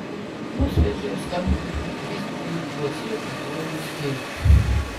nusprendžiau skambtelti kristupui į informacinių technologijų skyrių